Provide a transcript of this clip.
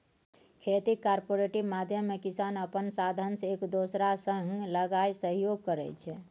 खेतीक कॉपरेटिव माध्यमे किसान अपन साधंश एक दोसरा संग लगाए सहयोग करै छै